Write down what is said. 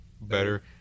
better